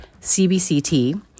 CBCT